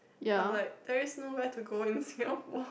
I am like there is no where to go in Singapore